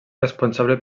responsable